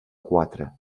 quatre